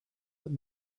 but